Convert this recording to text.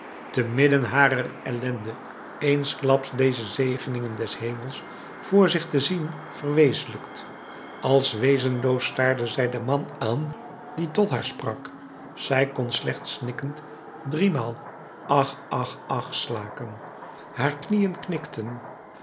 te midden harer ellende eensklaps deze zegeningen des hemels voor zich te zien verwezenlijkt als wezenloos staarde zij den man aan die tot haar sprak zij kon slechts snikkend driemaal ach ach ach slaken haar knieën knikten